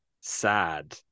Sad